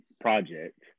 project